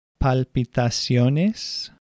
¿Palpitaciones